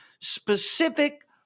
specific